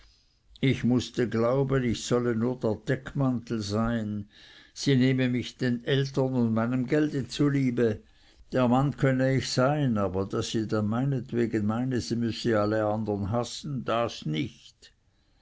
ich mußte glauben ich solle nur der deckmantel sein sie nehme mich den eltern und meinem gelde zulieb der mann könne ich sein aber daß sie dann meinetwegen meine sie müsse alle andern hassen das nicht